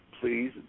please